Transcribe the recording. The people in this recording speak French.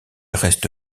reste